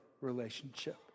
relationship